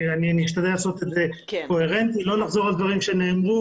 אשתדל להיות קוהרנטי ולא לחזור על דברים שנאמרו.